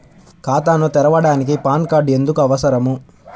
ఖాతాను తెరవడానికి PAN card ఎందుకు అవసరము?